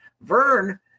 Vern